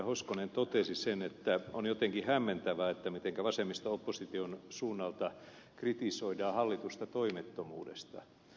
hoskonen totesi sen että on jotenkin hämmentävää mitenkä vasemmisto opposition suunnalta kritisoidaan hallitusta toimettomuudesta